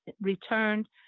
returned